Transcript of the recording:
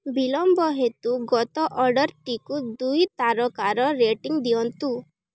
ବିଳମ୍ବ ହେତୁ ଗତ ଅର୍ଡ଼ର୍ଟିକୁ ଦୁଇ ତାରକାର ରେଟିଂ ଦିଅନ୍ତୁ